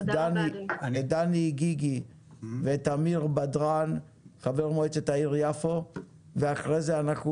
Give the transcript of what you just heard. דני גיגי ותמיר בדראן חבר מועצת העיר יפו ואחרי זה אנחנו